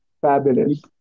fabulous